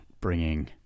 bringing